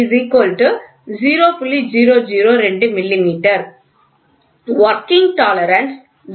002 மிமீ working tolerance 0